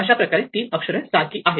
अशाप्रकारे 3 अक्षरे सारखी आहेत